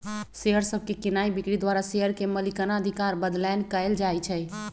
share सभके कीनाइ बिक्री द्वारा शेयर के मलिकना अधिकार बदलैंन कएल जाइ छइ